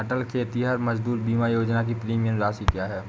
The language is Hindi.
अटल खेतिहर मजदूर बीमा योजना की प्रीमियम राशि क्या है?